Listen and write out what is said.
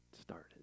started